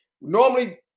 Normally